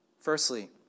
Firstly